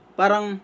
parang